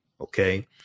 okay